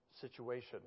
situation